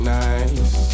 nice